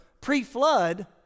pre-flood